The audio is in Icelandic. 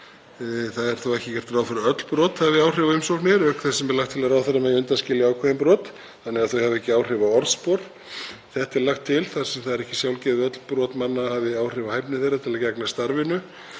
Það er þó ekki gert ráð fyrir að öll brot hafi áhrif á umsóknir og auk þess er lagt til að ráðherra megi undanskilja ákveðin brot þannig að þau hafi ekki áhrif á orðspor. Þetta er lagt til þar sem það er ekki sjálfgefið að öll brot manna hafi áhrif á hæfni þeirra til að gegna starfinu.